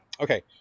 Okay